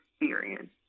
experience